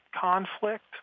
conflict